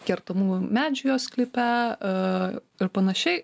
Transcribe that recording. kertamų medžių jo sklype ir panašiai